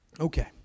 Okay